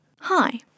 Hi